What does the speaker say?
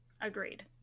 agreed